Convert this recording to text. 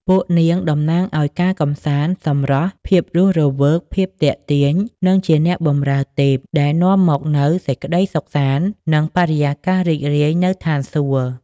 ពួកនាងតំណាងឲ្យ ការកម្សាន្ត សម្រស់ ភាពរស់រវើក ភាពទាក់ទាញ និងជាអ្នកបម្រើទេពដែលនាំមកនូវសេចក្តីសុខសាន្ត និងបរិយាកាសរីករាយនៅស្ថានសួគ៌។